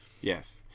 Yes